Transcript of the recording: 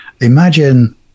Imagine